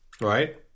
Right